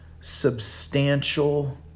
substantial